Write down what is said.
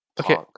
Okay